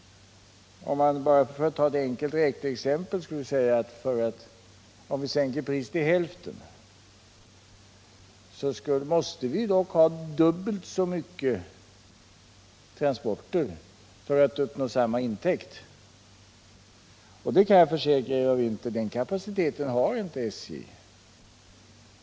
Om man, för att ta ett enkelt räkneexempel, skulle sänka priset till hälften, så måste vi ju dock ha dubbelt så mycket transporter för att uppnå samma intäkt. Och jag kan försäkra Eva Winther att den kapaciteten har inte SJ.